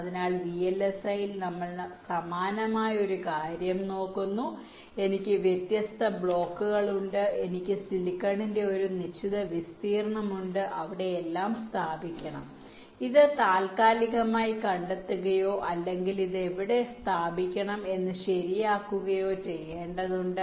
അതിനാൽ വിഎൽഎസ്ഐയിൽ നമ്മൾ സമാനമായ ഒരു കാര്യം നോക്കുന്നു എനിക്ക് വ്യത്യസ്ത ബ്ലോക്കുകളുണ്ട് എനിക്ക് സിലിക്കണിന്റെ ഒരു നിശ്ചിത വിസ്തീർണ്ണം ഉണ്ട് അവിടെ എല്ലാം സ്ഥാപിക്കേണ്ടതുണ്ട് ഇത് താൽക്കാലികമായി കണ്ടെത്തുകയോ അല്ലെങ്കിൽ ഇത് എവിടെ സ്ഥാപിക്കണം എന്ന് ശരിയാക്കുകയോ ചെയ്യേണ്ടതുണ്ട്